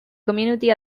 community